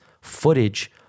footage